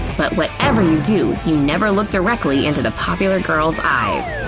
but whatever you do, you never look directly into the popular girl's eyes.